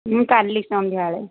ମୁଁ କାଲି ସନ୍ଧ୍ୟାବେଳେ